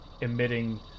emitting